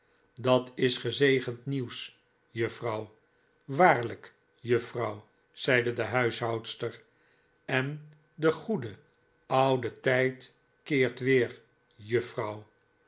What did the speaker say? dat is gezegend nieuws juffrouw waarlijk juffrouw zeide de huishoudster en de goede oude tijd keert weer juffrouw